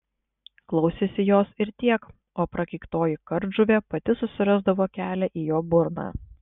klausėsi jos ir tiek o prakeiktoji kardžuvė pati susirasdavo kelią į jo burną